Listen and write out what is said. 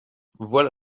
voilà